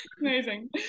Amazing